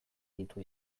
ditu